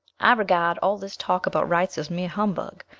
i regard all this talk about rights as mere humbug.